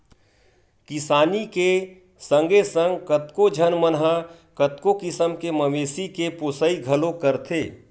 किसानी के संगे संग कतको झन मन ह कतको किसम के मवेशी के पोसई घलोक करथे